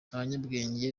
abanyabwenge